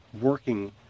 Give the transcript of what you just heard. working